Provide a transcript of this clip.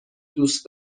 دوست